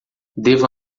devo